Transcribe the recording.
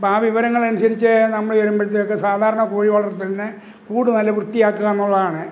അപ്പം ആ വിവരങ്ങൾ അനുസരിച്ച് നമ്മൾ ചെല്ലുമ്പോഴത്തേക്ക് സാധാരണ കോഴി വളര്ത്തലിന് കൂട് നല്ല വൃത്തിയാക്കുക എന്നുള്ളതാണ്